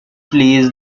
flees